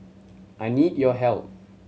I need your help